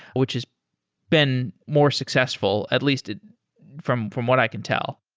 which has been more successful at least from from what i can tell.